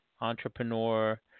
entrepreneur